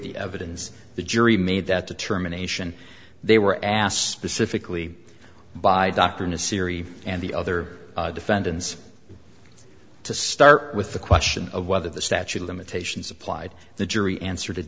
the evidence the jury made that determination they were asked specifically by dr in a series and the other defendants to start with the question of whether the statute of limitations applied the jury answered it